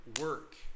work